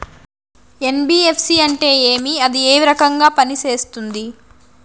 NBFC అంటే ఏమి అది ఏ రకంగా పనిసేస్తుంది